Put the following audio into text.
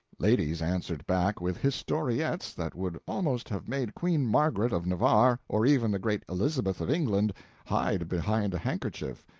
ladies answered back with historiettes that would almost have made queen margaret of navarre or even the great elizabeth of england hide behind a handkerchief,